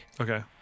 Okay